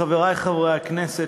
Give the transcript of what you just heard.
חברי חברי הכנסת,